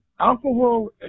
alcohol